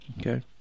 Okay